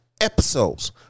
episodes